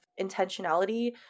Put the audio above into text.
intentionality